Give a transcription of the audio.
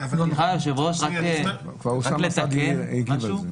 אוסאמה הגיב על זה.